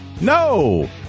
No